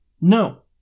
No